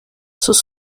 sus